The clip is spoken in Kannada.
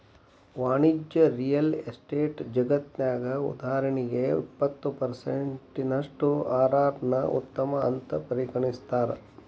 ವಾಣಿಜ್ಯ ರಿಯಲ್ ಎಸ್ಟೇಟ್ ಜಗತ್ನ್ಯಗ, ಉದಾಹರಣಿಗೆ, ಇಪ್ಪತ್ತು ಪರ್ಸೆನ್ಟಿನಷ್ಟು ಅರ್.ಅರ್ ನ್ನ ಉತ್ತಮ ಅಂತ್ ಪರಿಗಣಿಸ್ತಾರ